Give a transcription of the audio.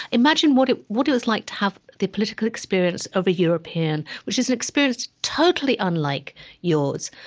imagine what it what it was like to have the political experience of a european, which is an experience totally unlike yours.